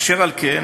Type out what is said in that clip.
אשר על כן,